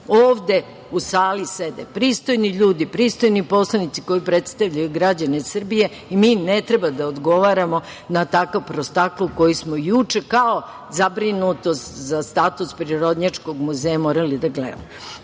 Ovde u sali sede pristojni ljudi, pristojni poslanici koji predstavljaju građane Srbije i mi ne treba da odgovaramo na takav prostakluk koji smo juče kao zabrinutost za status Prirodnjačkog muzeja morali da gledamo. Drago